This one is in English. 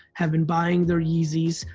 have been buying their yeezys,